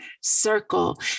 circle